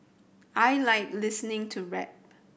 I like listening to rap